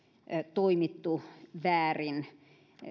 toimittu väärin